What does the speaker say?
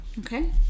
Okay